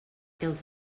els